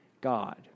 God